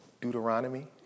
Deuteronomy